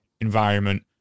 environment